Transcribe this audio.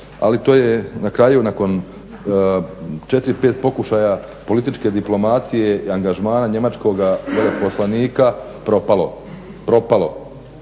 ali to je na kraju nakon 4, 5 pokušaja političke diplomacije i angažmana njemačkoga veleposlanika propalo. Zato